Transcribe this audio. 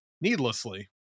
needlessly